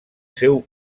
seu